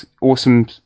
awesome